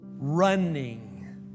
Running